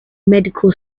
medical